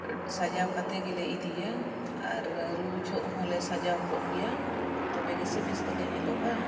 ᱥᱟᱡᱟᱣ ᱠᱟᱛᱮᱫ ᱜᱮᱞᱮ ᱤᱫᱤᱭᱟ ᱟᱨ ᱨᱩ ᱡᱚᱠᱷᱚᱱ ᱦᱚᱸᱞᱮ ᱥᱟᱡᱟᱣ ᱠᱚᱜ ᱜᱮᱭᱟ ᱛᱚᱵᱮ ᱜᱮᱥᱮ ᱵᱮᱥ ᱫᱚᱞᱮ ᱧᱮᱞᱚᱜᱼᱟ